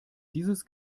dieses